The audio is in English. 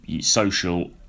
social